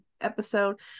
episode